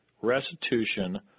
restitution